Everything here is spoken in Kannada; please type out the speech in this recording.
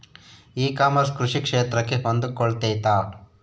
ಇ ಕಾಮರ್ಸ್ ಕೃಷಿ ಕ್ಷೇತ್ರಕ್ಕೆ ಹೊಂದಿಕೊಳ್ತೈತಾ?